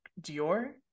Dior